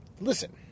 listen